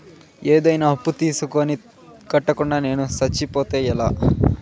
ఏదైనా అప్పు తీసుకొని కట్టకుండా నేను సచ్చిపోతే ఎలా